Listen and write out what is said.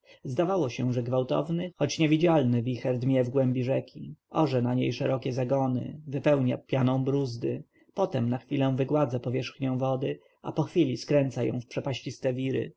zdawało się że gwałtowny choć niewidzialny wicher dmie w głębi rzeki orze na niej szerokie zagony wypełnia pianą brózdy potem na chwilę wygładza powierzchnię wody a po chwili skręca ją w przepaściste wiry